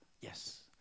yes